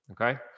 Okay